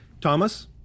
Thomas